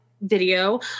video